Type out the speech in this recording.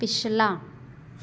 ਪਿਛਲਾ